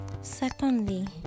Secondly